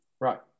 Right